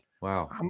wow